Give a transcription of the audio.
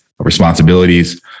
responsibilities